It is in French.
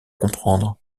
comprendre